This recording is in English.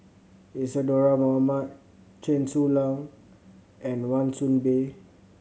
Isadhora Mohamed Chen Su Lan and Wan Soon Bee